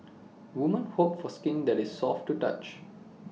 women hope for skin that is soft to touch